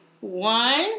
One